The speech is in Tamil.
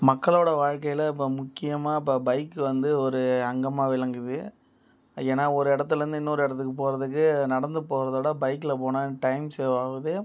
மக்களோட வாழ்க்கையில் இப்போ முக்கியமாக இப்போ பைக் வந்து ஒரு அங்கமாக விளங்குது ஏன்னால் ஒரு இடத்துலருந்து இன்னொரு இடத்துக்கு போகிறதுக்கு நடந்து போகிறத விட பைக்கில் போனால் டைம் சேவ்வாகுது